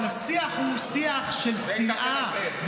אבל השיח הוא שיח של שנאה,